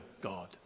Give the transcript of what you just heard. God